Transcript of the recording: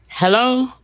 Hello